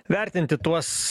vertinti tuos